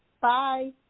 Bye